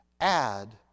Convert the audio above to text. Add